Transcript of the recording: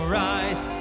rise